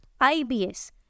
IBS